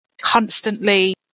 constantly